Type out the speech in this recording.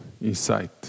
inside